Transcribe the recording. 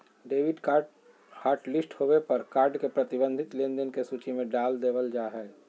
debit card hotlist होबे पर card के प्रतिबंधित लेनदेन के सूची में डाल देबल जा हय